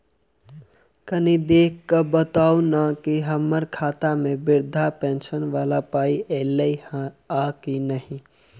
कनि देख कऽ बताऊ न की हम्मर खाता मे वृद्धा पेंशन वला पाई ऐलई आ की नहि?